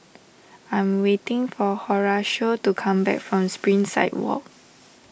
I'm waiting for Horacio to come back from Springside Walk